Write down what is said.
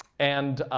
and